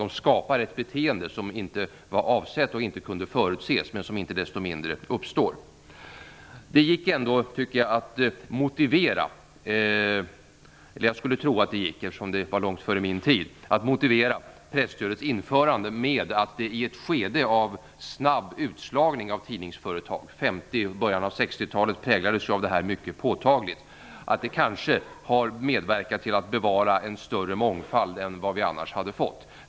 De skapar ett beteende som inte var avsett och inte kunde förutses men som inte desto mindre uppstår. Det gick ändå att motivera - eller jag skulle tro att det gick, eftersom det var långt för min tid - presstödets införande med att det företogs i ett skede av snabb utslagning av tidningsföretag. 50-talet och början av 60-talet präglades mycket påtagligt av detta. Det har kanske medverkat till att bevara en större mångfald än vad vi annars hade fått.